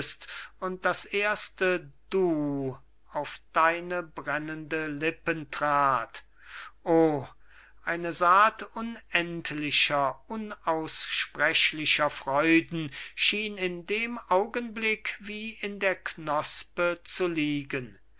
und das erste du auf deine brennenden lippen trat o eine saat unendlicher unaussprechlicher freuden schien in dem augenblick wie in der knospe zu liegen da